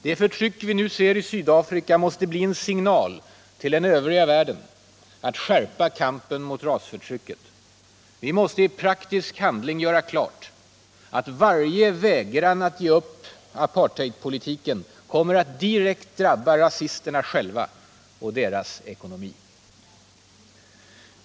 Det förtryck vi nu ser i Sydafrika måste bli en signal till den övriga världen att skärpa kampen mot rasförtrycket. Vi måste i praktisk handling göra klart att varje vägran att ge upp apartheidpolitiken kommer att direkt drabba rasisterna själva och deras ekonomi.